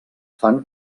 fan